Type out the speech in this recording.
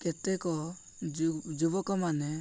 କେତେକ ଯୁବକମାନେ